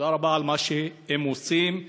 תודה רבה על מה שהם עושים,